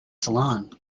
salon